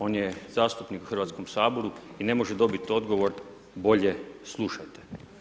On je zastupnik u Hrvatskom saboru i ne može dobiti odgovor bolje slušajte.